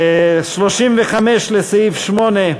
הסתייגות מס' 35 לסעיף 8,